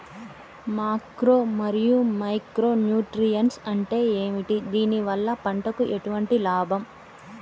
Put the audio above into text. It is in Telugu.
మాక్రో మరియు మైక్రో న్యూట్రియన్స్ అంటే ఏమిటి? దీనివల్ల పంటకు ఎటువంటి లాభం?